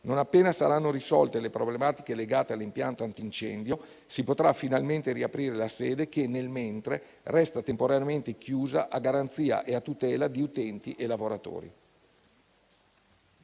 Non appena saranno risolte le problematiche legate all'impianto antincendio, si potrà finalmente riaprire la sede, che nel mentre resta temporaneamente chiusa a garanzia e a tutela di utenti e lavoratori.